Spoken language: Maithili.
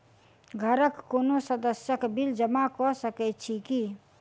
घरक कोनो सदस्यक बिल जमा कऽ सकैत छी की?